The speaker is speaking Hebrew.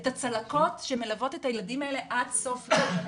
את הצלקות שמלוות את הילדים האלה עד סוף ימי חייהם?